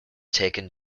taken